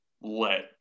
let